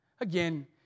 Again